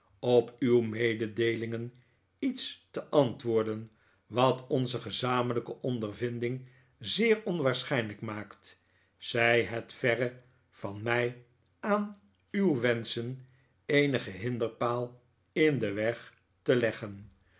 op uw mededeelingen iets te antwoorden wat onze gezamenlijke ondervinding zeer onwaarschijnlijk maakt zij het verre van mij aan uw wenschen eenigen hinderpaal in den weg te leggen